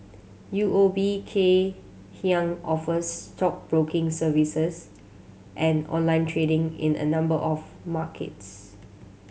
U O B Kay Hian offers stockbroking services and online trading in a number of markets